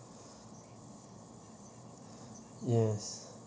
yes